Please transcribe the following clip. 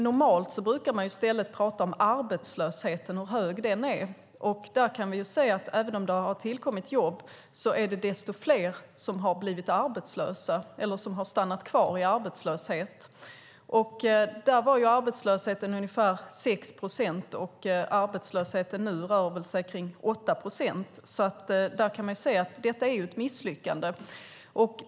Normalt brukar man prata om hur hög arbetslösheten är. Vi kan se att även om det har tillkommit jobb är det fler som har blivit arbetslösa eller stannat kvar i arbetslöshet. Arbetslösheten var då ungefär 6 procent. Nu är den ungefär 8 procent. Man kan alltså se att detta är ett misslyckande.